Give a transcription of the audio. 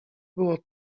było